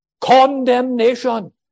Condemnation